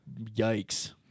yikes